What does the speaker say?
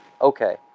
Okay